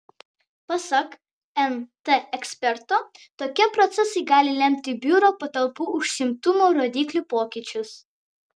pasak nt eksperto tokie procesai gali lemti biuro patalpų užimtumo rodiklių pokyčius